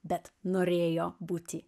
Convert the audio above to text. bet norėjo būti